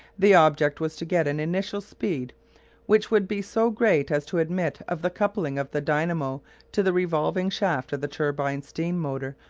the object was to get an initial speed which would be so great as to admit of the coupling of the dynamo to the revolving shaft of the turbine steam-motor,